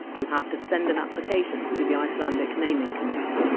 you have to send an application to the icelandic naming committee.